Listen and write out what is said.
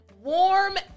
Warm